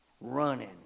running